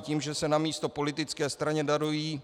tím, že se namísto politické straně darují